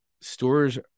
stores